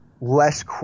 less